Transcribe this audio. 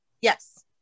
Yes